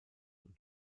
und